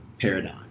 paradigm